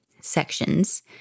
sections